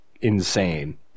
insane